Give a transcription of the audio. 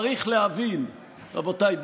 רבותיי,